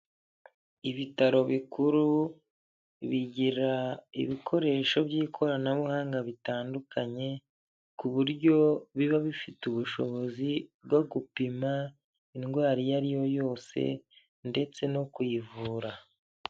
Ibitaro bikuru bigira ibikoresho by'ikoranabuhanga bitandukanye, ku buryo biba bifite ubushobozi bwo gupima indwara iyo ariyo yose ndetse no kuyivura.